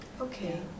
Okay